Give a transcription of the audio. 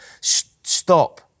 stop